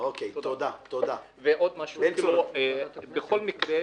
בכל מקרה,